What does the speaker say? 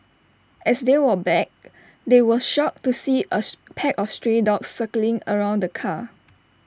as they walked back they were shocked to see as pack of stray dogs circling around the car